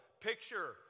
picture